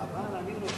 ההצעה להעביר את הנושא